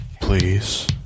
Please